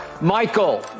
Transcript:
Michael